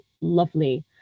lovely